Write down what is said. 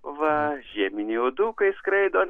va žieminiai uodukai skraido